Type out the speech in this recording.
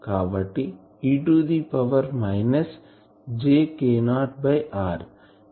కాబట్టి e to the power minus j k0 by r